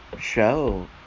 show